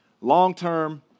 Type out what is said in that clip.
Long-term